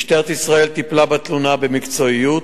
משטרת ישראל טיפלה בתלונה במקצועיות,